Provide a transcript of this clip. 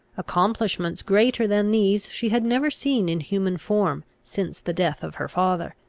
accomplishments greater than these she had never seen in human form, since the death of her father.